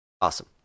awesome